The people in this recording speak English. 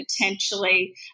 potentially